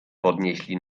podnieśli